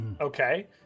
Okay